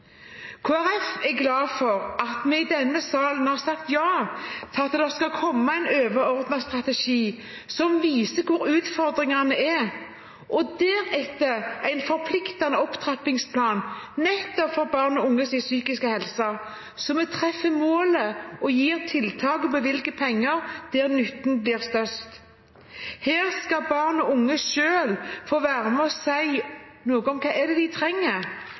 er glad for at vi i denne salen har sagt ja til at det skal komme en overordnet strategi som viser hvor utfordringene er, og deretter en forpliktende opptrappingsplan nettopp for barn og unges psykiske helse, så vi treffer målet, gir tiltak og bevilger penger der nytten blir størst. Her skal barn og unge selv få være med og si noe om hva de trenger, og hva som er